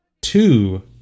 two